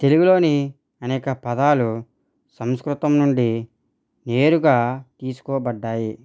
తెలుగులో అనేక పదాలు సంస్కృతం నుండి నేరుగా తీసుకోబడ్డాయి